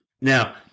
Now